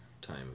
time